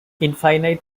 infinite